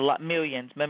millions